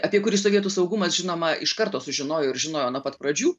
apie kurį sovietų saugumas žinoma iš karto sužinojo ir žinojo nuo pat pradžių